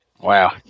Wow